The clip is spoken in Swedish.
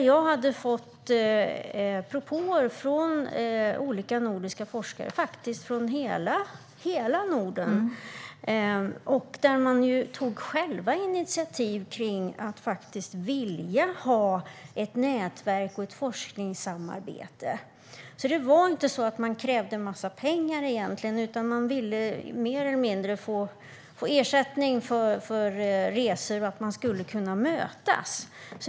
Jag hade då fått propåer från olika nordiska forskare - faktiskt från hela Norden - och de tog själva initiativ till att vilja ha ett nätverk och ett forskningssamarbete. Det var inte så att de krävde att en massa pengar skulle anslås, utan de ville mer eller mindre få ersättning för resor för att de skulle kunna mötas.